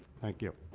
thank you.